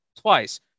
twice